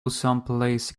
someplace